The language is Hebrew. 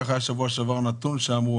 תוך כמה זמן אתם חושבים שאפשר יהיה לגייס?